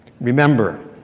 remember